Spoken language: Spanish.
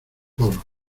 poros